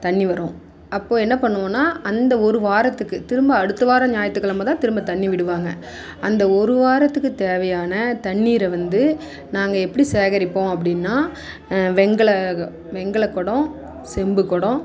தண்ணி வரும் அப்போது என்ன பண்ணுவோம்னால் அந்த ஒரு வாரத்துக்கு திரும்ப அடுத்த வார ஞாயிற்றுக்கெழம தான் திரும்ப தண்ணி விடுவாங்க அந்த ஒரு வாரத்துக்கு தேவையான தண்ணீரை வந்து நாங்கள் எப்படி சேகரிப்போம் அப்படினா வெண்கல வெண்கல குடம் செம்பு குடம்